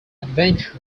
adventure